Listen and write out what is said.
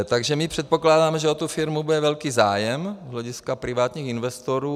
Takže my předpokládáme, že o tu firmu bude velký zájem z hlediska privátních investorů.